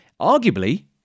arguably